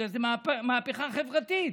בגלל שזאת מהפכה חברתית.